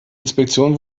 inspektion